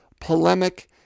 polemic